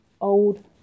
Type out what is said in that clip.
old